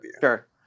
Sure